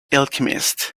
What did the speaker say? alchemists